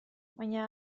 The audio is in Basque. baina